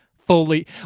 fully